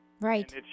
Right